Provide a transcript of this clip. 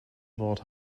wort